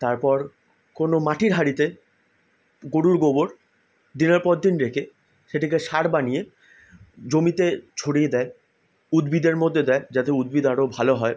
তারপর কোনো মাটির হাঁড়িতে গরুর গোবর দিনের পর দিন রেখে সেটিকে সার বানিয়ে জমিতে ছড়িয়ে দেয় উদ্ভিদের মধ্যে দেয় যাতে উদ্ভিদ আরো ভালো হয়